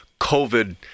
COVID